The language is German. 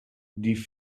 die